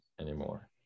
anymore